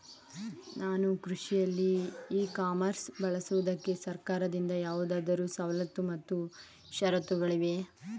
ನಾನು ಕೃಷಿಯಲ್ಲಿ e commerce ಬಳಸುವುದಕ್ಕೆ ಸರ್ಕಾರದಿಂದ ಯಾವುದಾದರು ಸವಲತ್ತು ಮತ್ತು ಷರತ್ತುಗಳಿವೆಯೇ?